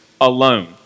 alone